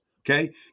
okay